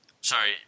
Sorry